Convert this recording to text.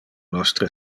nostre